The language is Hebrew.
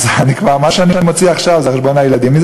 אז מה שאני מוציא עכשיו זה על חשבון הילדים.